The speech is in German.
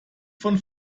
von